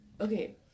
Okay